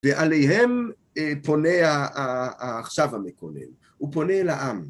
ועליהם פונה העכשיו המקונן, הוא פונה אל העם.